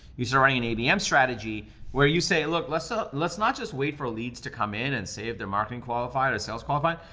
you start running an abm strategy where you say, look, let's ah let's not just wait for leads to come in and save their marketing qualified or sales qualified.